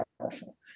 powerful